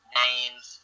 names